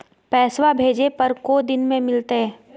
पैसवा भेजे पर को दिन मे मिलतय?